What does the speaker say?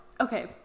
okay